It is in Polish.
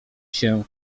się